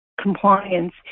compliance